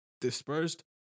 dispersed